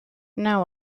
now